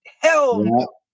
Hell